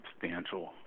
substantial